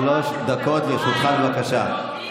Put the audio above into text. שלוש דקות לרשותך, בבקשה.